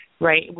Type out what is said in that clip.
right